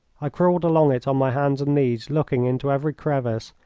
i crawled along it on my hands and knees, looking into every crevice,